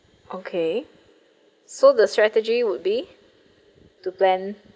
okay so the strategy would be to plan